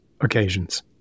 occasions